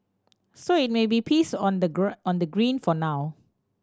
so it may be peace on the on the green for now